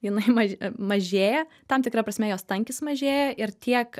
jinai ma e mažėja tam tikra prasme jos tankis mažėja ir tiek